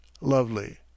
lovely